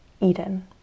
eden